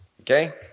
okay